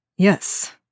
Yes